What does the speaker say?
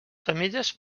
femelles